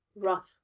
rough